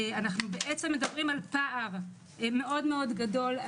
אנחנו בעצם מדברים על פער מאוד גדול.